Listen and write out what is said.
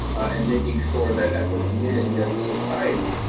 and making sure that as a community, as a society,